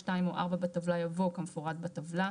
(2) או (4) בטבלה" יבוא "כמפורט בטבלה".